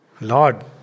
Lord